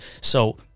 So-